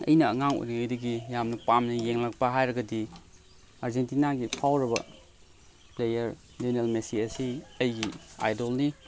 ꯑꯩꯅ ꯑꯉꯥꯡ ꯑꯣꯏꯔꯤꯉꯩꯗꯒꯤ ꯌꯥꯝꯅ ꯄꯥꯝꯅ ꯌꯦꯡꯂꯛꯄ ꯍꯥꯏꯔꯒꯗꯤ ꯑꯥꯔꯖꯦꯟꯇꯤꯅꯥꯒꯤ ꯐꯥꯎꯔꯕ ꯄ꯭ꯂꯦꯌꯥꯔ ꯂꯤꯌꯣꯅꯦꯜ ꯃꯦꯁꯤ ꯑꯁꯤ ꯑꯩꯒꯤ ꯑꯥꯏꯗꯣꯜꯅꯤ